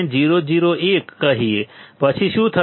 001 કહીએ પછી શું થશે